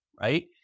Right